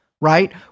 right